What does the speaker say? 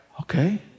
okay